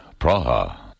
Praha